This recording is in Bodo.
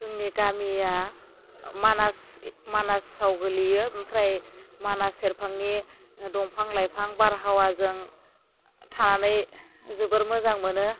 जोंनि गामिया मानास मानासाव गोलैयो ओमफ्राय मानास सेरफांनि दंफां लाइफां बारहावाजों थानानै जोबोर मोजां मोनो